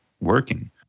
working